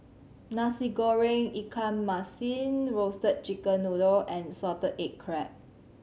Nasi Goreng ikan masin Roasted Chicken Noodle and salted egg crab